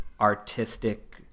artistic